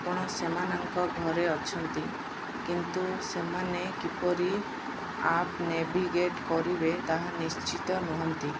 ଆପଣ ସେମାନଙ୍କ ଘରେ ଅଛନ୍ତି କିନ୍ତୁ ସେମାନେ କିପରି ଆପ୍ ନେଭିଗେଟ୍ କରିବେ ତାହା ନିଶ୍ଚିତ ନୁହଁନ୍ତି